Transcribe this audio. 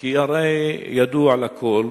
כי הרי ידוע לכול,